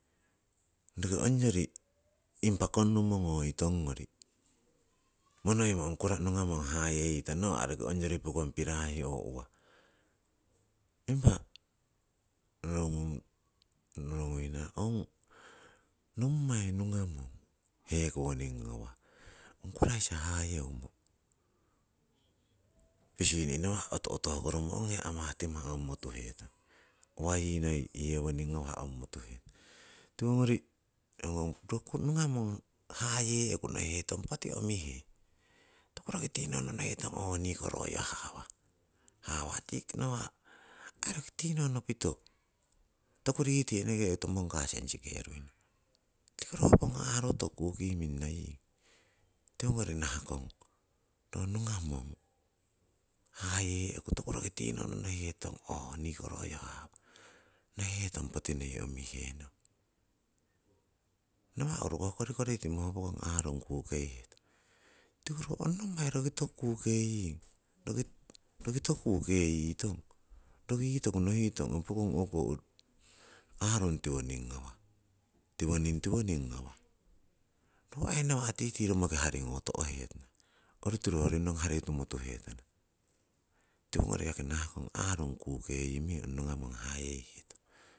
. Roki ongyori impa konnumo ngoitong ngori monoimo ong nungamong hayeyitong, nawa' roki ongori pokong pirasi oo uwa. Impa norongung noronguina nommai nungamong hekowoning ngawah, ong kuraisa hayeumo pisini nawa'ko oto otohkoromo, ong hiya amah timah ongmo tuhetong. Uwa yii noi yewoning ngwah ongmo tuhetana. Tiwongori nohungong roko nungamong haye'ku nohiheton poti omihe. Toku roki tinohno nokihetong ho niko royoh hawah, tii nawa' aii roki tinohno pito toku ritih nokihetong mongka sensikeruina, tiko ro pokong aarung toku kuki minnoying. Tiwongori nahakong ro nungamongi haye'ku toku tinohno nohihetong ooh niko royo hawah, nohihetong poti noi omihenong. Nawa' urukoh korikori timo ho pokong aarung kukeihetong, tiko ro ong nommai roki toku kukeying, roki toku kukeyitong, roki yii toku nohitong ong pokong o'ko aarung tiwoning ngawah, tiwoning tiwoning ngawah. Roh aii nawa' tii romoki haringo to'hetana. Orutiru hoyori nong harihari tumotuhetana. Tiwongori yaki nahakong aarung kukeyi meng ong nungamong hayeihetong.